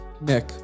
Nick